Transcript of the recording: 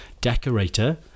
decorator